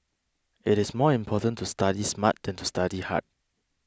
it is more important to study smart than to study hard